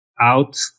out